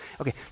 Okay